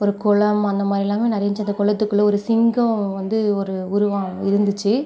ஒரு குளம் அந்த மாதிரிலாமே நிறைய இருந்துச்சி அந்த குளத்துக்குள்ளே ஒரு சிங்கம் வந்து ஒரு உருவம் இருந்துச்சு